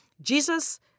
Jesus